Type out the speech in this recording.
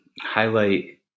highlight